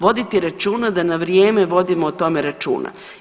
Voditi računa dana vrijeme vodimo o tome računa.